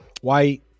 white